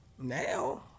now